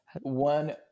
One